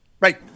Right